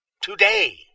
Today